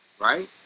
right